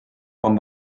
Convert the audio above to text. quan